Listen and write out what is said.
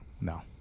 No